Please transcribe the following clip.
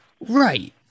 right